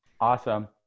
Awesome